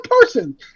person